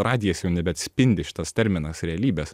radijas jau nebeatspindi šitas terminas realybės